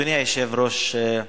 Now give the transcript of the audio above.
אדוני היושב-ראש,